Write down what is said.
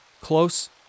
close